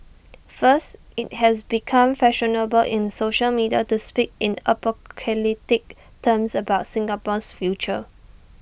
first IT has become fashionable in social media to speak in apocalyptic terms about Singapore's future